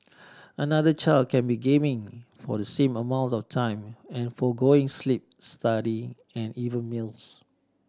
another child can be gaming for the same amount of time and forgoing sleep studying and even meals